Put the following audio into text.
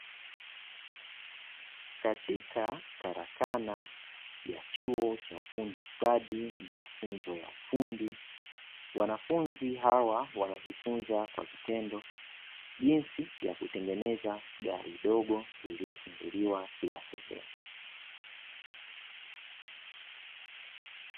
Katika karakana ya chuo cha ufundi stadi na mafunzo ya ufundi, wanafunzi hawa wanajifunza kwa vitendo jinsi ya kutengeneza gari dogo lililofunguliwa kila sehemu.